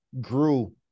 grew